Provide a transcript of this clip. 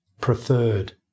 preferred